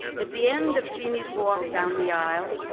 at the end of jeanne's walk down the aisle,